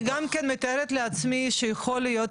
אני גם מתארת לעצמי שיכול להיות,